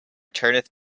turneth